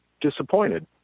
disappointed